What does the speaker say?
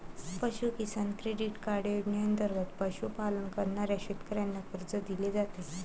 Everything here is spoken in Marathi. पशु किसान क्रेडिट कार्ड योजनेंतर्गत पशुपालन करणाऱ्या शेतकऱ्यांना कर्ज दिले जाते